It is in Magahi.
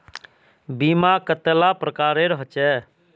बीमा कतेला प्रकारेर होचे?